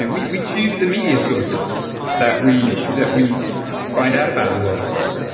and we we choose the media sources that we that we find out about the world from.